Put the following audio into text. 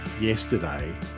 yesterday